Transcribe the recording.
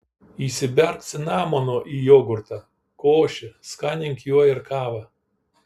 įsiberk cinamono į jogurtą košę skanink juo ir kavą